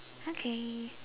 okay